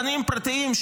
ואולפנים פרטיים,